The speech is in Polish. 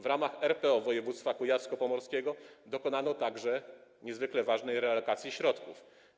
W ramach RPO Województwa Kujawsko-Pomorskiego dokonano także niezwykle ważnej relokacji środków.